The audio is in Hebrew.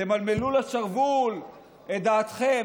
תמלמלו לשרוול את דעתכם.